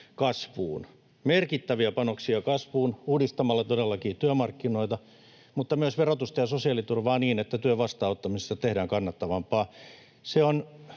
merkittäviä panoksia kasvuun uudistamalla todellakin työmarkkinoita mutta myös verotusta ja sosiaaliturvaa niin, että työn vastaanottamisesta tehdään kannattavampaa.